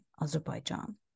Azerbaijan